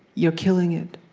you're killing it.